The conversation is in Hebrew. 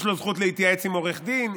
יש לו זכות להתייעץ עם עורך דין,